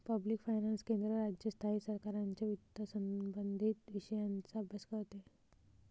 public finance केंद्र, राज्य, स्थायी सरकारांच्या वित्तसंबंधित विषयांचा अभ्यास करते